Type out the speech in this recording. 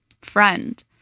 friend